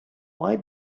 why